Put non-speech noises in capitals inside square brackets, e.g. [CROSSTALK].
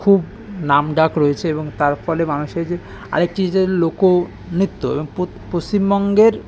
খুব নাম ডাক রয়েছে এবং তার ফলে মানুষের যে আরেকটি যে লোকনৃত্য এবং [UNINTELLIGIBLE] পশ্চিমবঙ্গের